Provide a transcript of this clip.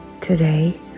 Today